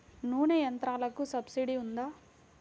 నూనె యంత్రాలకు సబ్సిడీ ఉందా?